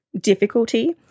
difficulty